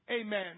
amen